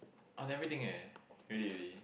on everything eh really really